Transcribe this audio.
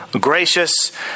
gracious